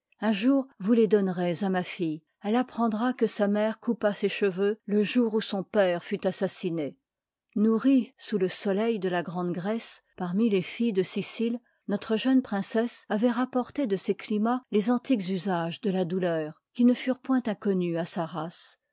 un jour tous les donnerez à ma fille elle apprendra que sa mère coupa ces cheveux le jour où son père fut assassiné nourrie sous le soleil de la grande grèce parmi les filles de sicile notre jeune princesse avoit rapporté de ces climats les antiques usages de la douleur qui ne furent point inconnus à sa race